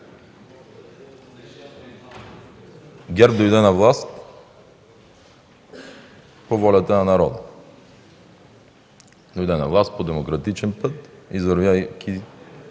ГЕРБ дойде на власт по волята на народа, дойде на власт по демократичен път, извървявайки